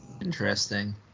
Interesting